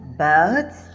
birds